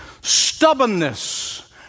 Stubbornness